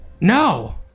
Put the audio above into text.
No